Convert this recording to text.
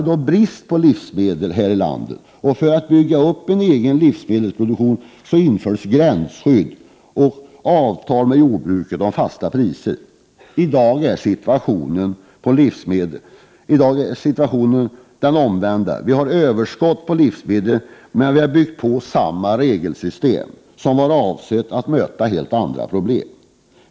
Vi hade brist på livsmedel här i landet, och för att bygga upp en egen livsmedelsproduktion infördes gränsskydd och avtal med jordbrukarna om fasta priser. I dag är situationen — Prot. 1988/89:127 på livsmedelsområdet den omvända. Vi har alltså överskott på livsmedel, 2 juni 1989 men vi har ändå byggt vidare på det regelsystem som var avsett för att möta andra problem.